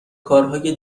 کارهای